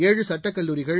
ஏழு சட்டக்கல்லூரிகள்